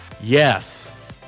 Yes